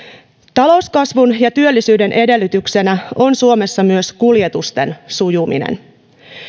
talouskasvun ja työllisyyden edellytyksenä on suomessa myös kuljetusten sujuminen